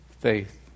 faith